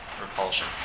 repulsion